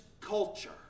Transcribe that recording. culture